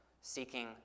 seeking